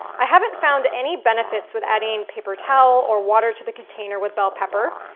i haven't found any benefits with adding paper towel or water to the container with bell pepper,